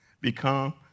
become